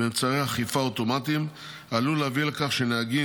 באמצעי אכיפה אוטומטיים עלול להביא לכך שנהגים,